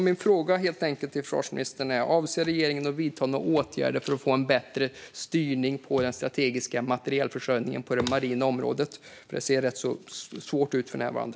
Min fråga till försvarsministern är: Avser regeringen att vidta några åtgärder för att få en bättre styrning av den strategiska materielförsörjningen på det marina området? Det ser ju rätt svårt ut för närvarande.